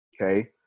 okay